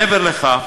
מעבר לכך,